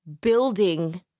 building